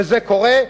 וזה קורה,